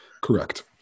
Correct